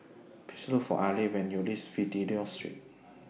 Please Look For Alek when YOU REACH Fidelio Street